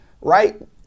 right